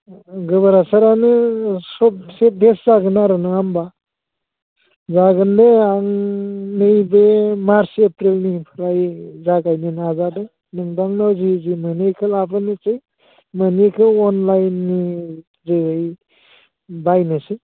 गोबोर हासारआनो सबसे बेस्ट जागोन आरो नङा होमबा जागोनदे आं नैबे मार्च एप्रिलनिफ्राय जागायनो नाजादों नोंथांनो जि जि मोनो बेखौ लाबोनोसै मोनैखौ अनलाइननि जोहै बायनोसै